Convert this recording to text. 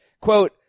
quote